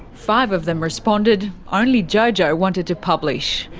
five of them responded, only jojo wanted to publish.